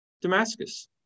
Damascus